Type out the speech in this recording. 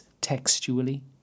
textually